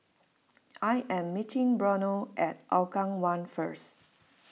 I am meeting Brannon at Hougang one first